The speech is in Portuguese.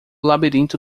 labirinto